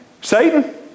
Satan